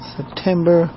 September